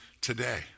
today